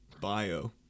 bio